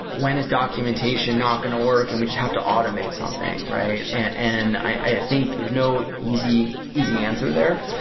when is documentation not going to work and we just have to automate something, right? and i think there's no easy easy answer there.